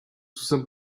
jsem